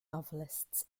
novelists